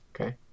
Okay